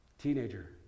Teenager